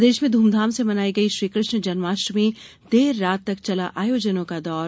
प्रदेश में धूमधाम से मनाई गई श्रीकृष्ण जन्माष्टमी देर रात तक चला आयोजनों का दौर